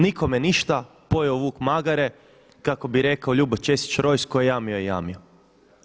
Nikome ništa, pojeo vuk magare, kako bi rekao Ljubo Česić Rojs „Tko je jamio jamio je.